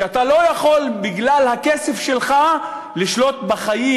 שאתה לא יכול בגלל הכסף שלך לשלוט בחיים